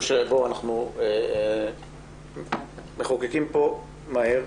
אנחנו מחוקקים פה מהר.